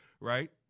right